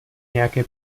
nějaké